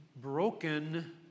broken